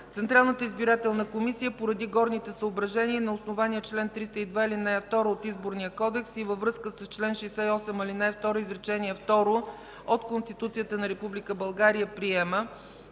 Централната избирателна комисия поради горните съображения и на основание чл. 302, ал. 2 от Изборния кодекс и във връзка с чл. 68, ал. 2 изречение второ от Конституцията на Република България приема,